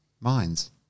minds